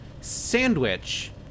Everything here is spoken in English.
Sandwich